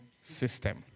system